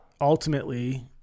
ultimately